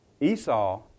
Esau